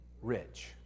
rich